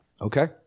Okay